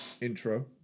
intro